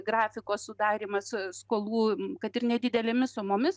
grafiko sudarymas skolų kad ir nedidelėmis sumomis